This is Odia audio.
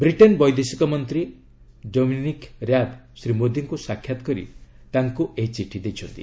ବ୍ରିଟେନ୍ ବୈଦେଶିକ ମନ୍ତ୍ରୀ ଡେମିନିକ୍ ର୍ୟାବ୍ ଶ୍ରୀ ମୋଦିଙ୍କୁ ସାକ୍ଷାତ୍ କରି ତାଙ୍କୁ ଏହି ଚିଠି ଦେଇଛନ୍ତି